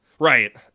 Right